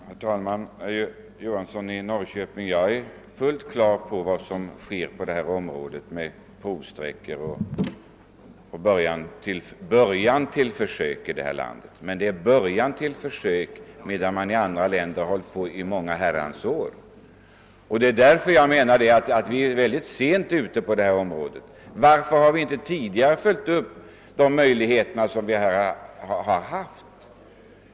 Herr talman! Jag är, herr Johansson i Norrköping, fullt på det klara med vad som sker på detta område med provsträckor och början till försök i vårt land. Men det rör sig om början till försök, medan man i andra länder bedrivit sådan här verksamhet under många år. Det är därför jag anser att vi är sent ute. Varför har vi inte tidigare följt upp de möjligheter som förelegat?